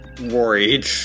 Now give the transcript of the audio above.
worried